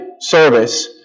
service